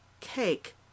cake